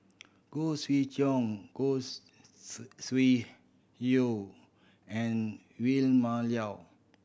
Khoo Swee Chiow Khoo Sui Hoe and Vilma